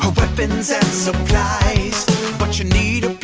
weapons and supplies but you need